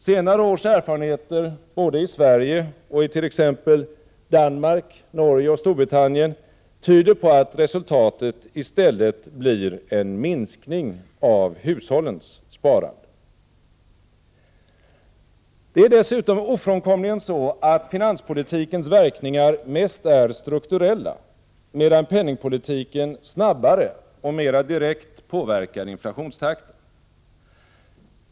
Senare års erfarenheter både i Sverige ochi t.ex. Danmark, Norge och Storbritannien tyder på att resultatet i stället blir en minskning av hushållens sparande. Det är dessutom ofrånkomligen så att finanspolitikens verkningar mest är strukturella, medan penningpolitiken snabbare och mera direkt påverkar inflationstakten.